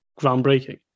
groundbreaking